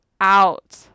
out